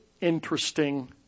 interesting